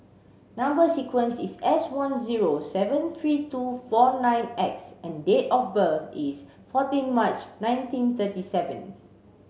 number sequence is S one zero seven three two four nine X and date of birth is fourteen March nineteen thirty seven